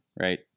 right